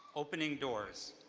opening doors,